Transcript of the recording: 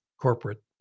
corporate